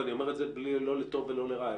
ואני אומר את זה לא לטוב ולא לרע,